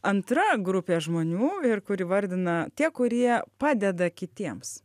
antra grupė žmonių ir kur įvardina tie kurie padeda kitiems